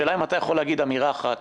השאלה היא אם אתה יכול להגיד אמירה אחת